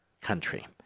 country